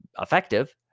effective